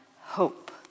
hope